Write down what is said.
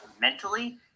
mentally